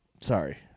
sorry